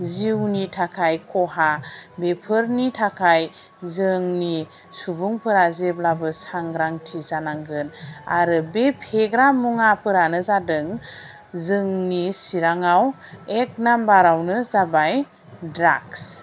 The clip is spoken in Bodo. जिउनि थाखाय खहा बेफोरनि थाखाय जोंनि सुबुंफोरा जेब्लाबो सांग्रांथि जानांगोन आरो बे फुग्रा मुङाफोरानो जादों जोंनि चिराङाव एक नाम्बारावनो जाबाय ड्राक्स